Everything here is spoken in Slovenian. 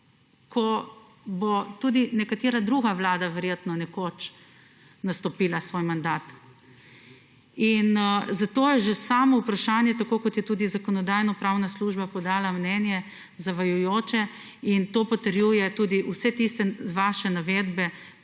ko bo tudi nekatera druga vlada verjetno nekoč nastopila svoj mandat. In zato je že samo vprašanje tako, kot je tudi Zakonodajno-pravna služba podala mnenje zavajajoče in to potrjuje tudi vse tiste vaše navedbe,